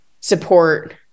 support